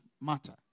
matter